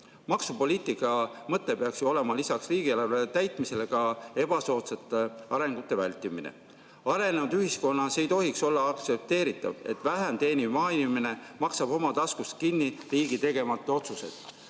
Maksupoliitika mõte peaks ju olema lisaks riigieelarve täitmisele ka ebasoodsate arengute vältimine. Arenenud ühiskonnas ei tohiks olla aktsepteeritav, et vähem teeniv maainimene maksab oma taskust kinni riigi tegemata otsused.